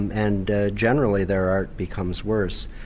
and generally their art becomes worse.